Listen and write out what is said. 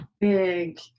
big